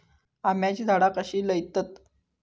आम्याची झाडा कशी लयतत?